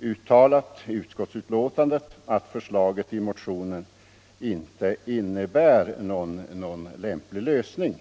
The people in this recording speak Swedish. uttalat i sitt betänkande ger motionsförslaget inte någon lämplig lösning.